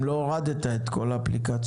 אם הורדת את כול האפליקציות